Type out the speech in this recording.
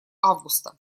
августа